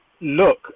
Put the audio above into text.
look